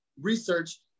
research